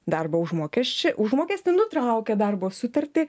darbo užmokesči užmokestį nutraukia darbo sutartį